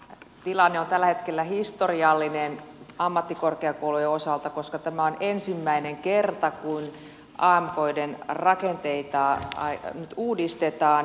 tämä tilanne on tällä hetkellä historiallinen ammattikorkeakoulujen osalta koska tämä on ensimmäinen kerta kun amkien rakenteita nyt uudistetaan